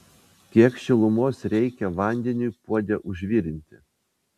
kiek šilumos reikia vandeniui puode užvirinti